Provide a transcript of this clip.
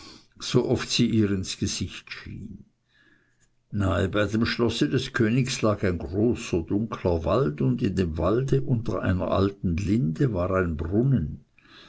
sooft sie ihr ins gesicht schien nahe bei dem schlosse des königs lag ein großer dunkler wald und in dem walde unter einer alten linde war ein brunnen